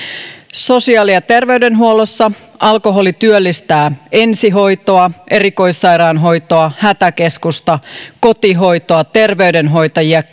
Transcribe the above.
sosiaali ja terveydenhuollossa alkoholi työllistää ensihoitoa erikoissairaanhoitoa hätäkeskusta kotihoitoa terveydenhoitajia